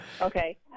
Okay